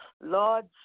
lord